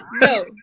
no